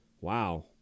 Wow